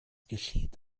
geschieht